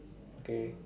okay